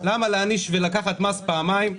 למה להעניש ולקחת מס פעמיים?